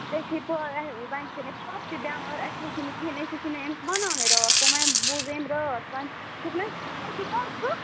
ژےٚ چھے پَاےٚ وۄنۍ چھِنہٕ پاپہٕ بٮ۪مار اَسہِ وٕچھی نہٕ کِہیٖنۍ أسۍ ٲسی نہٕ أمِس وَنٲنٕے راتھ تَانۍ وۄنۍ بوٗز أمۍ راتھ وۄنۍ چھُکھ نہٕ فاطے کَر چھُکھ